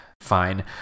Fine